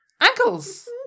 Ankles